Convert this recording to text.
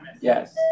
Yes